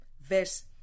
verse